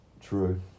True